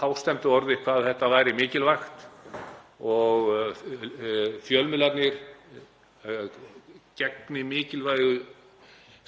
hástemmdum orðum hvað þetta væri mikilvægt og að fjölmiðlarnir gegni mikilvægu